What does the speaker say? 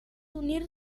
unir